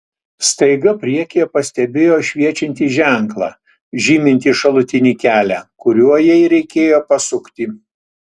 staiga priekyje pastebėjo šviečiantį ženklą žymintį šalutinį kelią kuriuo jai reikėjo pasukti